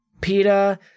PETA